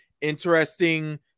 interesting